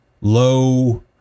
low